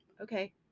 Okay